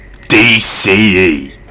DCE